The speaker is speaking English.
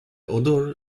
odor